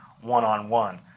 one-on-one